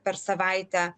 per savaitę